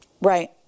Right